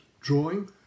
drawing